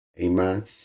Amen